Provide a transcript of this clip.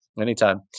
Anytime